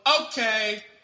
Okay